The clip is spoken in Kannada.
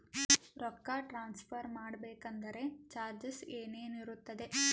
ರೊಕ್ಕ ಟ್ರಾನ್ಸ್ಫರ್ ಮಾಡಬೇಕೆಂದರೆ ಚಾರ್ಜಸ್ ಏನೇನಿರುತ್ತದೆ?